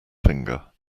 finger